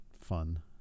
fun